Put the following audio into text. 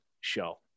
show